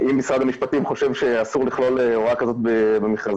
אם משרד המשפטים חושב שאסור לכלול הוראה כזאת במכרזים,